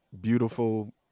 beautiful